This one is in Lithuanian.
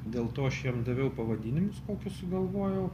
dėl to aš jiem daviau pavadinimus tokius sugalvojau